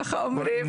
ככה אומרים?